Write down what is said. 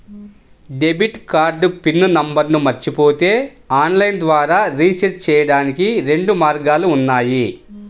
debit card PIN నంబర్ను మరచిపోతే online ద్వారా రీసెట్ చెయ్యడానికి రెండు మార్గాలు ఉన్నాయి